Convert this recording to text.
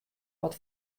wat